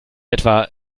etwa